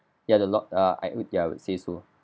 ya the lot~ err ya I would I would say so